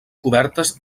cobertes